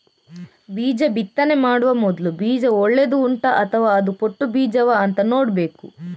ಬೀಜ ಬಿತ್ತನೆ ಮಾಡುವ ಮೊದ್ಲು ಬೀಜ ಒಳ್ಳೆದು ಉಂಟಾ ಅಥವಾ ಅದು ಪೊಟ್ಟು ಬೀಜವಾ ಅಂತ ನೋಡ್ಬೇಕು